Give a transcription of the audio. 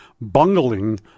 bungling